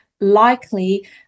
likely